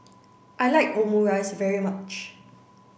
I like Omurice very much